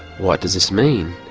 what does this mean?